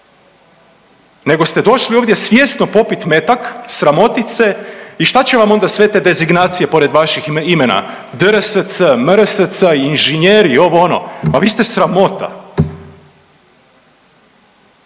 nego ste došli ovdje svjesno popit metak, sramotit se i šta će vam onda sve te designacije pored vaših imena, dr.sc., mr.sc., inženjeri, ovo ono, pa vi ste sramota.